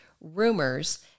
rumors